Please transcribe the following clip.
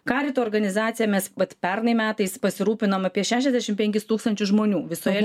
karito organizacija mes vat pernai metais pasirūpinom apie šešiasdešim penkis tūkstančius žmonių visoje